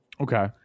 Okay